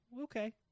okay